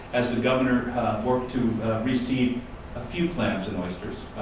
as the governor worked to reseed a few clams and oysters.